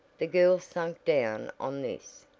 the girls sank down on this,